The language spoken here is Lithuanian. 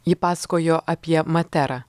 ji pasakojo apie materą